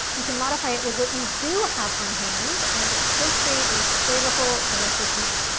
you can modify it with what you do have on hand and still create a flavorful delicious meal.